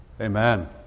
Amen